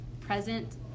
present